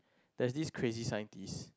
there's this crazy scientist